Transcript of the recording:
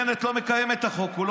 1.8 רייטינג.